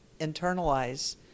internalize